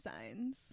signs